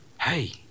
hey